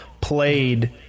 played